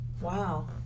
Wow